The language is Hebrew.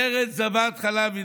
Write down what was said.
ארץ זבת חלב ודבש,